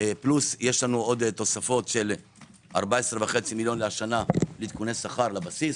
יש לנו עוד תוספות של 14.5 מיליון לשנה לעדכוני שכר לבסיס,